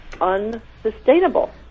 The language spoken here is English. unsustainable